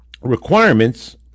requirements